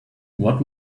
what